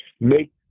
make